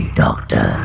doctor